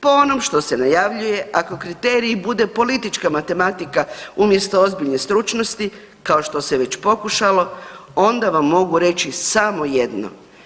Po onom što se najavljuje ako kriterij bude politička matematika umjesto ozbiljne stručnosti kao što se već pokušalo onda vam mogu reći samo jedno.